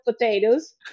potatoes